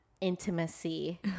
intimacy